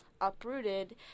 uprooted